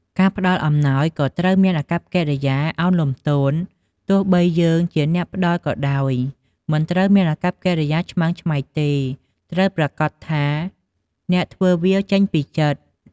ការផ្តល់អំណោយក៏ត្រូវមានអាកប្បកិរិយាឳនលំទោន ទោះបីយើងជាអ្នកផ្តល់ក៏ដោយមិនត្រូវមានអាកប្បកិរិយាឆ្មើងឆ្មៃទេ ត្រូវប្រាកដថាអ្នកធ្វើវាចេញពីចិត្ត។